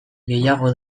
gehiago